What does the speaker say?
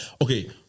Okay